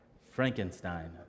Frankenstein